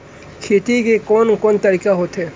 खेती के कोन कोन तरीका होथे?